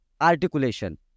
articulation